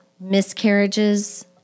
miscarriages